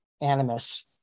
animus